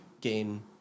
gain